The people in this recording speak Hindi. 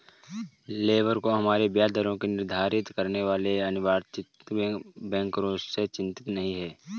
लेबर को हमारी ब्याज दरों को निर्धारित करने वाले अनिर्वाचित बैंकरों से चिंतित नहीं है